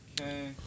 Okay